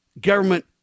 Government